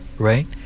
right